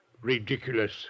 Ridiculous